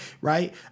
Right